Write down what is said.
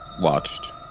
watched